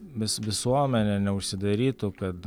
vis visuomenė neužsidarytų kad